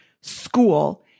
school